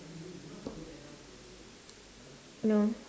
no